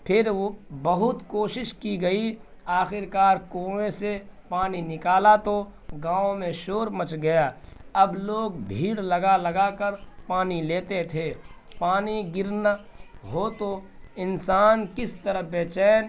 پھر وہ بہت کوشش کی گئی آخرکار کنویں سے پانی نکالا تو گاؤں میں شور مچ گیا اب لوگ بھیڑ لگا لگا کر پانی لیتے تھے پانی گر نا ہو تو انسان کس طرح بے چین